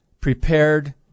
prepared